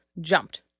jumped